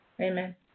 Amen